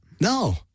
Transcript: No